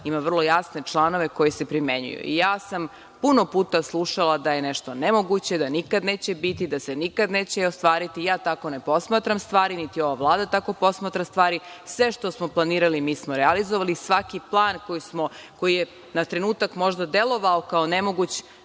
ima vrlo jasne članove koji se primenjuju. Ja sam puno puta slušala da je nešto nemoguće, da nikad neće biti, da se nikad neće ostvariti. Ja tako ne posmatram stvari, niti ova Vlada tako posmatra stvari. Sve što smo planirali, mi smo realizovali, svaki plan koji je na trenutak možda delovao kao nemoguć,